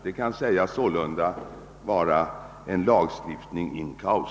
Det kan sålunda sägas vara en lagstiftning in casu.